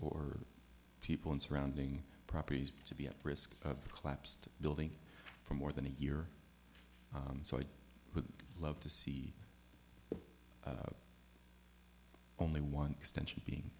or people in surrounding properties to be at risk of a collapsed building for more than a year so i would love to see only one extension being